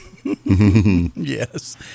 Yes